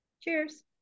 Cheers